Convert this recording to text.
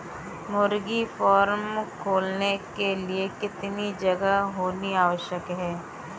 मुर्गी फार्म खोलने के लिए कितनी जगह होनी आवश्यक है?